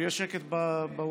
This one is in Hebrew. יהיה שקט באולם.